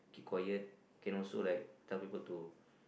keep quite can also like tell people to